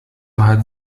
hat